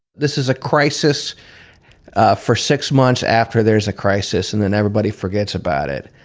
this is a crisis for six months after there's a crisis and then everybody forgets about it.